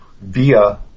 via